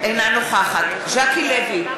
אינה נוכחת ז'קי לוי,